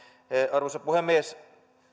arvoisa puhemies